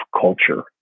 culture